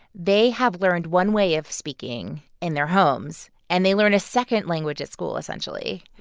they have learned one way of speaking in their homes, and they learn a second language at school essentially.